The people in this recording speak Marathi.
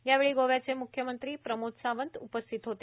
यावेळी गोव्याचे मुख्यमंत्री प्रमोद सावंत उपस्थित होते